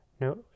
no